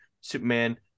Superman